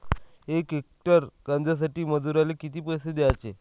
यक हेक्टर कांद्यासाठी मजूराले किती पैसे द्याचे?